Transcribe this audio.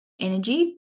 energy